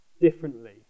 differently